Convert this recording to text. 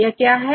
यह क्या है